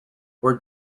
were